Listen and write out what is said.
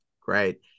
Great